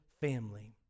family